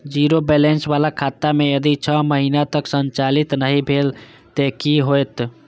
Zero balance बाला खाता में यदि छः महीना तक संचालित नहीं भेल ते कि होयत?